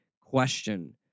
question